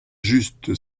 juste